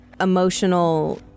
emotional